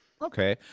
Okay